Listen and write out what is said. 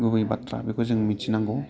गुबै बाथ्रा बेखौ जों मिथिनांगौ